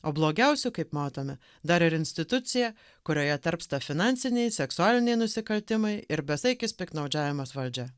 o blogiausiu kaip matome dar ir institucija kurioje tarpsta finansiniai seksualiniai nusikaltimai ir besaikis piktnaudžiavimas valdžia